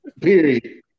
Period